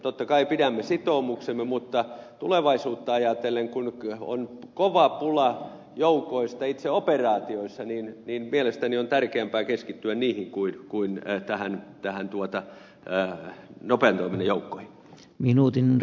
totta kai pidämme sitoumuksemme mutta tulevaisuutta ajatellen kun on kova pula joukoista itse operaatioissa mielestäni on tärkeämpää keskittyä niihin kuin näihin nopean toiminnan joukkoihin